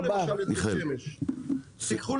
קחו למשל את בית שמש --- תודה רבה